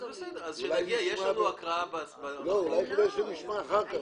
צודקת יעל גרמן, אולי כדאי שנשמע בשתי מילים.